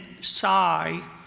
sigh